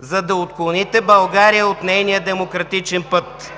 за да отклоните България от нейния демократичен път.“